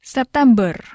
September